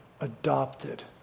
adopted